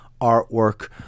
artwork